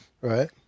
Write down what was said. Right